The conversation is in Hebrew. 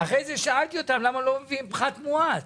כך שאלתי אותם למה לא מביאים פחת מואץ.